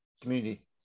community